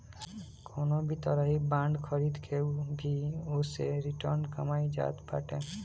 कवनो भी तरही बांड खरीद के भी ओसे रिटर्न कमाईल जात बाटे